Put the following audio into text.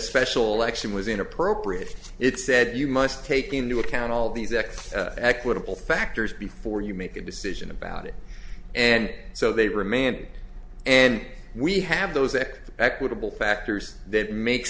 special election was inappropriate it said you must take into account all these x equitable factors before you make a decision about it and so they remanded and we have those equitable factors that make